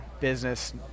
business